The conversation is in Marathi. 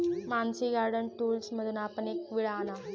मानसी गार्डन टूल्समधून आपण एक विळा आणा